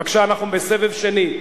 בבקשה, אנחנו בסבב שני.